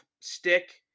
stick